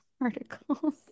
articles